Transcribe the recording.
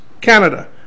Canada